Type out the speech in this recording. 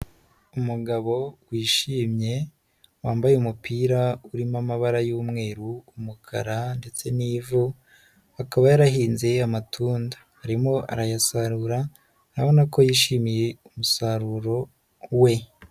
Umugabo wishimye wambaye umupira urimo amabara y'umweru, umukara ndetse n'ivu, akaba yarahinze amatunda, arimo arayasarura urabona ko yishimiye umusaruro we.